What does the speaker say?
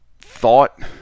thought